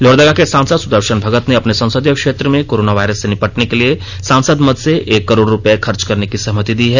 लोहरदगा के सांसद सुदर्शन भगत ने अपने संसदीय क्षेत्र में कोरोनावायरस से निपटने के लिए सांसद मद से एक करोड़ रुपए खर्च करने की सहमति दी है